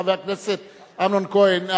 חבר הכנסת אמנון כהן,